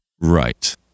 right